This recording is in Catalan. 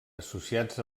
associats